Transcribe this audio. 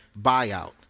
buyout